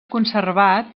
conservat